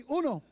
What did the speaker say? uno